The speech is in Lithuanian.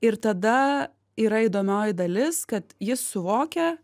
ir tada yra įdomioji dalis kad jis suvokia